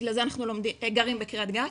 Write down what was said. בגלל זה אנחנו גרים בקרית גת.